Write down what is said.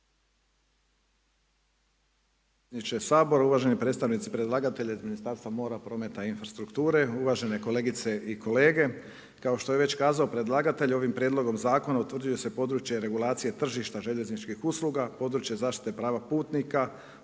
uvaženi predstavnici predlagatelji iz Ministarstva mora, prometa i infrastrukture, uvažene kolegice i kolege. Kao što je već kazao predlagatelj, ovim prijedlogom zakona utvrđuje se područje regulacije tržišta željezničkih usluga, područje zaštite prava putnika